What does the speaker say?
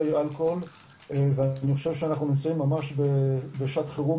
אלכוהול ואני חושב שאנחנו נמצאים ממש בשעת חירום,